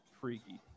freaky